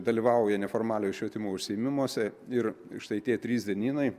dalyvauja neformaliojo švietimo užsiėmimuose ir štai tie trys dienynai